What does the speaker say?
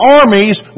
armies